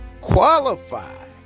qualify